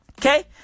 Okay